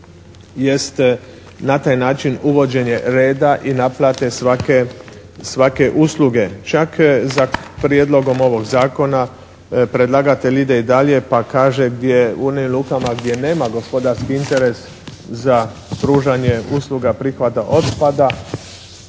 jeste na taj način uvođenje reda i naplate svake usluge. Čak za prijedlogom ovog zakona predlagatelj ide i dalje pa kaže gdje u onim lukama gdje nema gospodarski interes za pružanje usluga prihvata otpada,